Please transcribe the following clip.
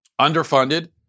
underfunded